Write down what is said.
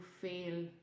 feel